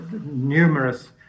numerous